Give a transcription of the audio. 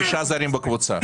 שישה זרים בקבוצה.